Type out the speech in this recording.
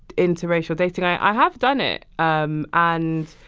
interracial dating, i have done it. um and